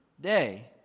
day